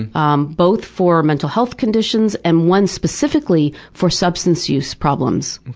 um both for mental health conditions and one specifically for substance use problems.